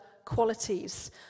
Qualities